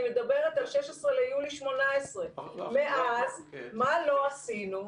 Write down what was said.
אני מדבר על 16 ביולי 2018. מאז מה לא עשינו?